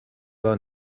war